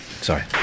Sorry